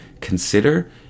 consider